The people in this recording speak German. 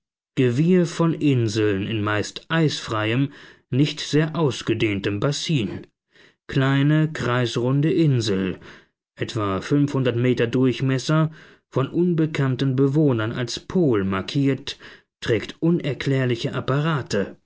pol gewirr von inseln in meist eisfreiem nicht sehr ausgedehntem bassin kleine kreisrunde insel etwa fünfhundert meter durchmesser von unbekannten bewohnern als pol markiert trägt unerklärliche apparate